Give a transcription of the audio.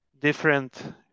different